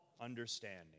understanding